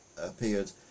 appeared